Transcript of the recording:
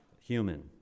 human